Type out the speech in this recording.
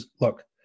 look